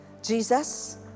Jesus